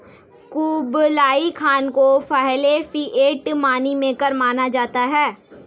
Kublai Khan को पहले fiat money maker माना जाता है